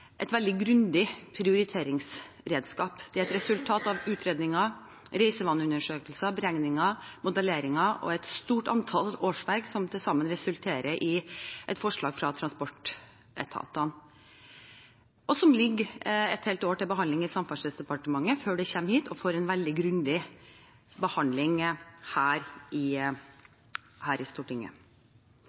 et veldig grundig prioriteringsredskap. Det er resultat av utredninger, reisevaneundersøkelser, beregninger, modelleringer og et stort antall årsverk som til sammen resulterer i et forslag fra transportetatene, og som ligger et helt år til behandling i Samferdselsdepartementet før det kommer hit og får en veldig grundig behandling i Stortinget. Det har vært en etablert praksis at man vedtar Nasjonal transportplan i